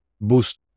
boost